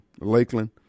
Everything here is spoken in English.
Lakeland